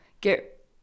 get